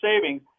savings